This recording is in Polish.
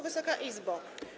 Wysoka Izbo!